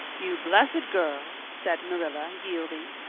you blessed girl! said marilla, yielding.